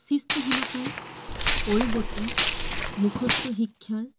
সৃষ্টিশীলতাৰ পৰিৱৰ্তে মুখস্থ শিক্ষাৰ